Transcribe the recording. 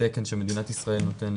תקן שמדינת ישראל נותנת,